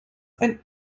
ein